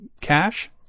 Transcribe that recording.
cash